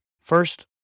First